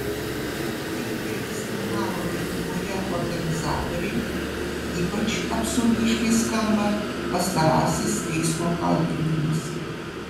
kaip teigė seminaro lietuvoje organizatoriai ypač absurdiškai skamba pastarasis teismo kaltinimas